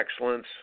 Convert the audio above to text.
excellence